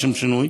לשם שינוי,